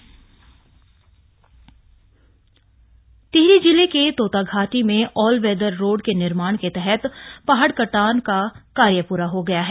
यातायात सचारु टिहरी जिले के तोता घाटी में ऑल वेदर रोड के निर्माण के तहत पहाड़ कटान का कार्य पूरा हो गया है